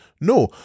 No